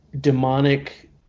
demonic